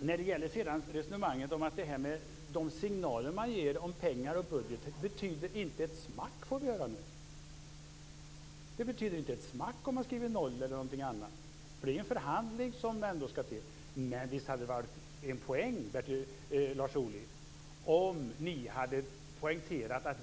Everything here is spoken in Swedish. När det sedan gäller resonemanget om de signaler som man ger om pengar och budget får vi nu höra att de inte betyder ett smack. Det betyder inte ett smack om man skriver noll eller någonting annat. Det skall ju ändå till en förhandling. Nej, visst hade det varit en poäng, Lars Ohly, om ni vänsterpartister hade poängterat vad